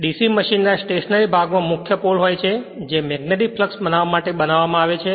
DC મશીનના stationary ભાગમાં મુખ્ય પોલ હોય છે જે મેગ્નેટિક ફ્લક્સ બનાવવા માટે બનાવવામાં આવે છે